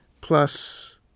Plus